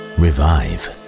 revive